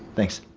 thanks.